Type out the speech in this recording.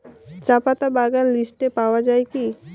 চাপাতা বাগান লিস্টে পাওয়া যায় কি?